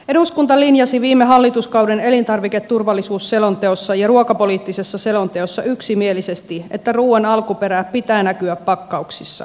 eduskunta linjasi viime hallituskauden elintarviketurvallisuusselonteossa ja ruokapoliittisessa selonteossa yksimielisesti että ruuan alkuperä pitää näkyä pakkauksissa